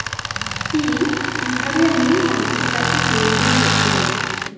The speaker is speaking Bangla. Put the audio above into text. কি কিভাবে আমি আন্তর্জাতিক লেনদেন করতে পারি?